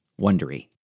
wondery